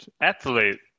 Athlete